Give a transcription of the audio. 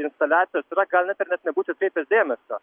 instaliacijos yra gal net ir net nebūčiau atkreipęs dėmesio